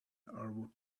are